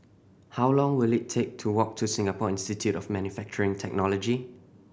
how long will it take to walk to Singapore Institute of Manufacturing Technology